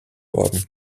worden